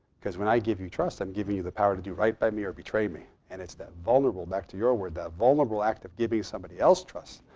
because when i give you trust, i'm giving you the power to do right by me or betray me. and it's that vulnerable back to your word that vulnerable act of giving somebody else trust.